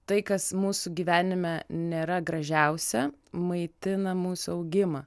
tai kas mūsų gyvenime nėra gražiausia maitina mūsų augimą